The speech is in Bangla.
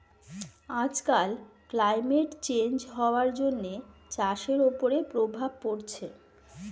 আজকাল ক্লাইমেট চেঞ্জ হওয়ার জন্য চাষের ওপরে প্রভাব পড়ছে